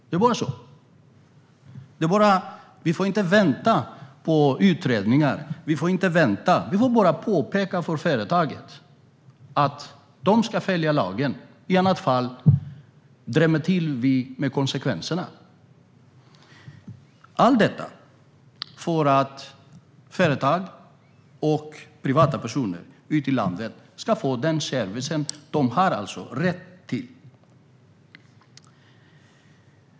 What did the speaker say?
Det bara är så. Vi får inte vänta på utredningar. Vi får inte vänta utan bara påpeka för företaget att de ska följa lagen. I annat fall drämmer vi till med konsekvenser. Allt detta för att företag och privatpersoner ute i landet ska få den service som de har rätt till.